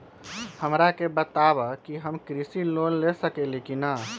हमरा के बताव कि हम कृषि लोन ले सकेली की न?